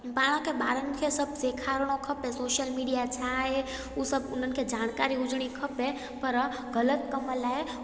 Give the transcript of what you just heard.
पाण खे ॿारनि खे सभु सेखारिणो खपे सोशल मिडिया छा आहे उहो सभु उन्हनि खे जानकारी हुजिणी खपे पर ग़लति कमु लाइ